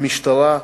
המשטרה,